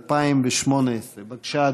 התשע"ח 2018. בבקשה,